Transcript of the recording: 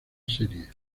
serie